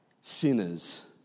sinners